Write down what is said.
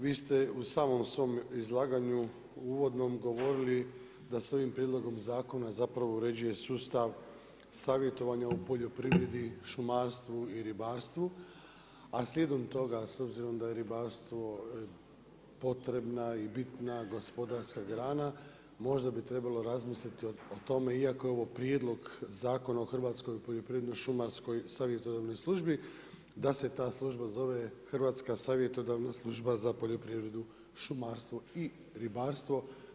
Vi ste i samom svom izlaganju uvodnom govorili da se ovim prijedlogom zakona uređuje sustav savjetovanja u poljoprivredi, šumarstvu i ribarstvu, a slijedom toga s obzirom da je ribarstvo potrebna i bitna gospodarska grana, možda bi trebalo razmisliti o tome, iako je ovo Prijedlog zakona o Hrvatskoj poljoprivredno-šumarskoj savjetodavnoj službi da se ta služba zove Hrvatska savjetodavna služba za poljoprivredu, šumarstvo i ribarstvo.